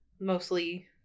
mostly